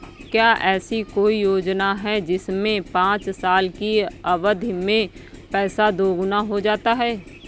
क्या ऐसी कोई योजना है जिसमें पाँच साल की अवधि में पैसा दोगुना हो जाता है?